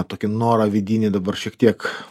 tokį norą vidinį dabar šiek tiek